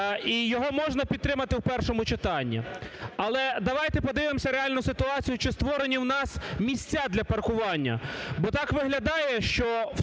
і його можна підтримати в першому читанні. Але давайте подивимося реальну ситуацію, чи створені у нас місця для паркування. Бо так виглядає, що